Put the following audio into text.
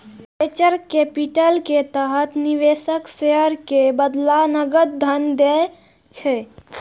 venture capital के तहत निवेशक शेयर के बदला नकद धन दै छै